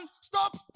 Stop